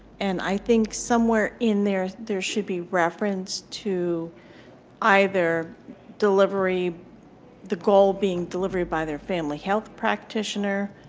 and i think somewhere in there, there should be reference to either delivery the goal being delivery by their family health practitioner,